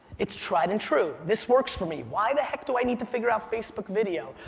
it's tried and true, this works for me, why the heck do i need to figure out facebook video?